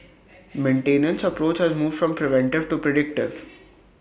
maintenance approach has moved from preventive to predictive